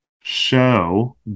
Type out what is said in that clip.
show